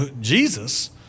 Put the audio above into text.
Jesus